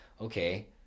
okay